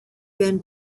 been